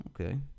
Okay